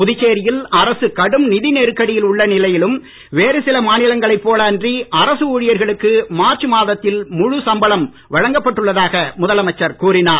புதுச்சேரியில் அரசு கடும் நிதி நெருக்கடியில் உள்ள நிலையிலும் வேறு சில மாநிலங்களைப் போல அன்றி அரசு ஊழியர்களுக்கு மார்ச் மாதத்தில் முழு சம்பளம் வழங்கப் பட்டுள்ளதாக முதலமைச்சர் கூறினார்